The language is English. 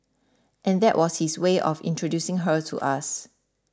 and that was his way of introducing her to us